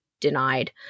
Denied